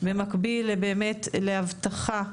במקביל להבטחה